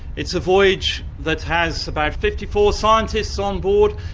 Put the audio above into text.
it's a voyage that has about fifty four scientists on board,